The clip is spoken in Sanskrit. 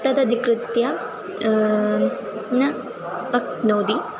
तददिकृत्य न शक्नोति